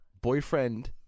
boyfriend